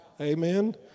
Amen